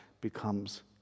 becomes